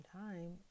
time